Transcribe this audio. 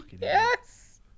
Yes